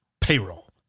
payroll